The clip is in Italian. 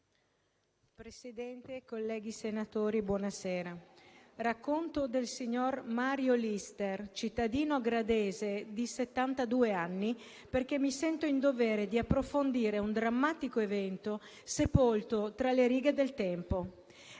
Presidente, colleghi senatori, voglio raccontare del signor Mario Lister, cittadino gradese di settantadue anni, perché mi sento in dovere di approfondire un drammatico evento, sepolto tra le righe del tempo.